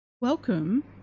Welcome